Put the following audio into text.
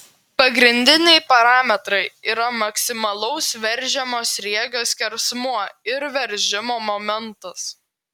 pagrindiniai parametrai yra maksimalaus veržiamo sriegio skersmuo ir veržimo momentas